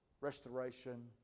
restoration